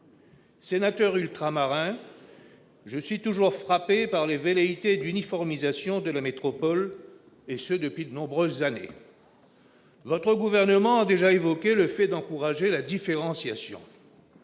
Sénateur ultramarin, je suis toujours frappé par les velléités d'uniformisation de la métropole, et ce depuis de nombreuses années. Votre gouvernement a déjà évoqué l'encouragement à la différenciation.